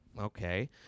okay